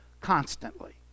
constantly